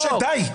משה, דיי.